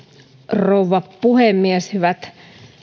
rouva puhemies hyvät